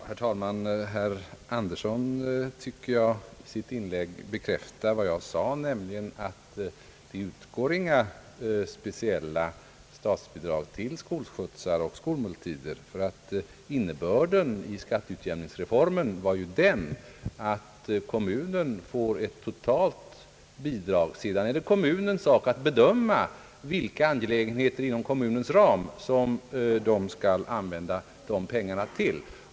Herr talman! Jag tycker herr Axel Andersson i sitt inlägg bekräftade vad jag sade, nämligen att det inte utgår några speciella statsbidrag till skolskjutsar och skolmåltider. Innebörden av skatteutjämningsreformen är ju att kommunen får ett totalt bidrag. Sedan är det kommunens sak att bedöma vilka angelägenheter inom bidragets ram som man skall använda dessa pengar till.